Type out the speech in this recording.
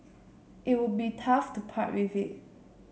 it would be tough to part with it